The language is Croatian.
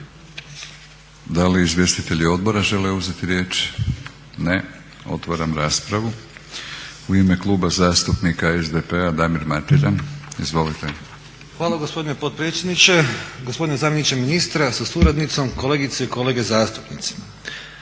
Da li izvjestitelji odbora žele uzeti riječ? Ne. Otvaram raspravu. U ime Kluba zastupnika SDP-a Damir Mateljan. Izvolite. **Mateljan, Damir (SDP)** Hvala gospodine potpredsjedniče. Gospodine zamjeniče ministra sa suradnicom, kolegice i kolege zastupnici.